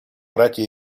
братья